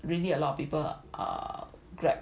really a lot of people err Grab